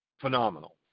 phenomenal